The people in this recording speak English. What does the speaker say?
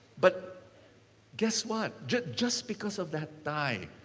but guess what? just just because of that tie,